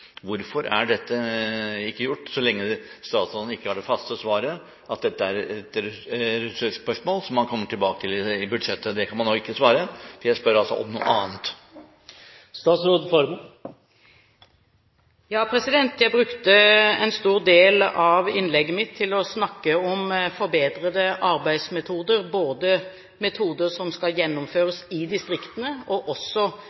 Hvorfor er dette ikke gjort? Statsråden kan ikke lenger ha det faste svaret, at dette er et ressursspørsmål som man kommer tilbake til i budsjettet. Det kan man nå ikke svare. Jeg spør altså om noe annet. Jeg brukte en stor del av innlegget mitt til å snakke om forbedrede arbeidsmetoder, både metoder som skal